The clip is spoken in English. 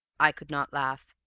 i could not laugh.